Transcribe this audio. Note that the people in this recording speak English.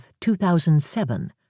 2007